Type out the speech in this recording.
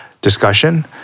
discussion